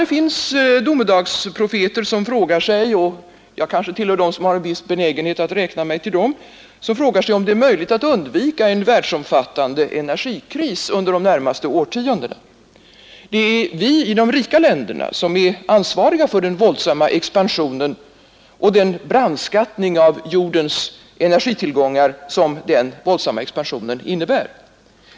Det finns domedagsprofeter — och jag kanske har en viss benägenhet att räkna mig dit — som frågar sig om det är möjligt att undvika en världsomfattande energikris under de närmaste årtiondena. Det är vi i de rika länderna som är ansvariga för den våldsamma expansionen och den brandskattning av jordens energitillgångar som den våldsamma expansionen innebär.